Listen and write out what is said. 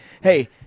Hey